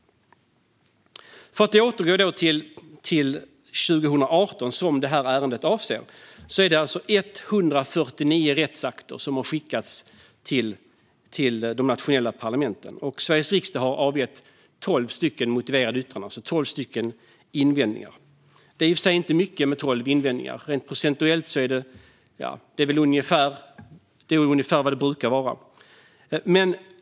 För att återgå till 2018, som det här ärendet avser: Det är alltså 149 rättsakter som har skickats till de nationella parlamenten. Sveriges riksdag har avgett 12 motiverande yttranden, det vill säga haft 12 invändningar. Det är inte mycket med 12 invändningar, men rent procentuellt är det ungefär vad det brukar vara.